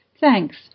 Thanks